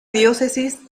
diócesis